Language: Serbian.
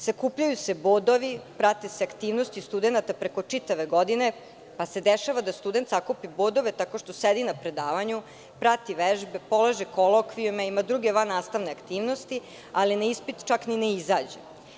Sakupljaju se bodovi, prate se aktivnosti studenata preko čitave godine, pa se dešava da student sakupi bodove tako što sedi na predavanju, prati vežbe, polaže kolokvijume, ima druge vannastavne aktivnosti ali na ispit čak i ne izađe.